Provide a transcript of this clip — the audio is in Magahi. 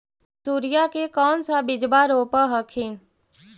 मसुरिया के कौन सा बिजबा रोप हखिन?